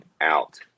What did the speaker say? out